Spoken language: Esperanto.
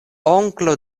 onklo